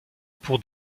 pour